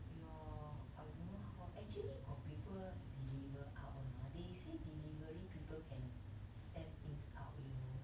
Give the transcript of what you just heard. ya I don't know how actually got people deliver out or not they say delivery people can send things out you know